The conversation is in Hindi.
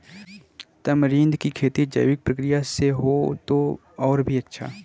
तमरींद की खेती जैविक प्रक्रिया से हो तो और भी अच्छा